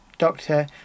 doctor